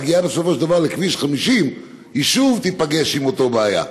מגיעה בסופו של דבר לכביש 50 והיא שוב תיפגש עם אותה בעיה.